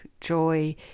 joy